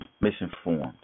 misinformed